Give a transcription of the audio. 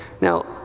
Now